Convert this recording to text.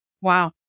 wow